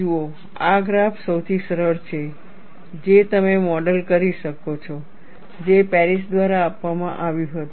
જુઓ આ ગ્રાફ સૌથી સરળ છે જે તમે મોડેલ કરી શકો છો જે પેરિસ દ્વારા આપવામાં આવ્યું હતું